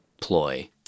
ploy